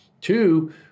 Two